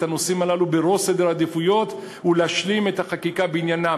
הנושאים האלה בראש סדר העדיפויות ולהשלים את החקיקה בעניינם.